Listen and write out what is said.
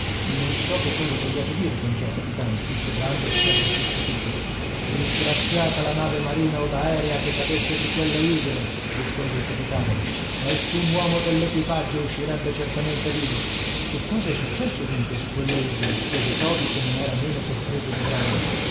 non so che cosa vogliate dire con ciò capitano disse brandok sempre più stupito disgraziata la nave marina od aerea che cadesse su quelle isole rispose il capitano nessun uomo dell'equipaggio uscirebbe certamente vivo che cosa è successo dunque su quelle isole chiese toby che non era meno sorpreso di brandok